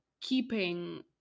keeping